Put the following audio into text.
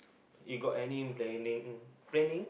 you got any planning planning